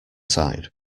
side